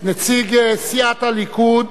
נציג סיעת הליכוד,